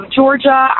Georgia